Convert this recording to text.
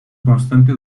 constante